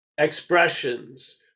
expressions